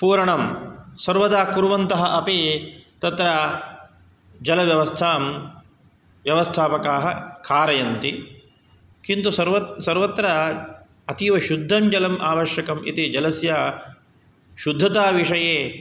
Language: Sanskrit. पूरणं सर्वदा कुर्वन्तः अपि तत्र जलव्यवस्थां व्यवस्थापकाः कारयन्ति किन्तु सर्वत्र अतीवशुद्धं जलम् आवश्यकम् इति जलस्य शुद्धता विषये